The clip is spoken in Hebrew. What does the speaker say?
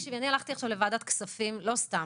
אני הלכתי עכשיו לוועדת כספים לא סתם,